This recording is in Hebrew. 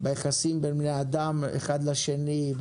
ביחסים בין בני אדם אחד לשני,